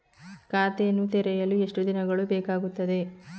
ಖಾತೆಯನ್ನು ತೆರೆಯಲು ಎಷ್ಟು ದಿನಗಳು ಬೇಕಾಗುತ್ತದೆ?